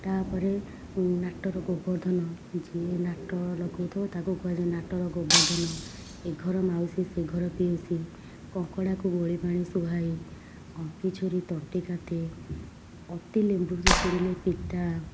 ତା'ପରେ ନାଟର ଗୋବର୍ଦ୍ଧନ ଯିଏ ନାଟ ଲଗାଉଥିବ ତା'କୁ କୁହାଯାଏ ନାଟର ଗୋବର୍ଦ୍ଧନ ଏ ଘର ମାଉସୀ ସେ ଘର ପିଉସୀ କଙ୍କଡ଼ାକୁ ଗୋଳିପାଣି ସୁହାଏ ଅଣ୍ଟି ଛୁରୀ ତଣ୍ଟି କାଟେ ଅତି ଲେମ୍ବୁ ଚିପୁଡ଼ିଲେ ପିତା